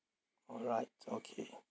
alright okay